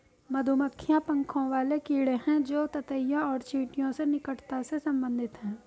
मधुमक्खियां पंखों वाले कीड़े हैं जो ततैया और चींटियों से निकटता से संबंधित हैं